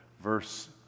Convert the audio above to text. verse